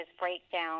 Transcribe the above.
breakdown